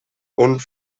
und